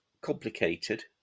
complicated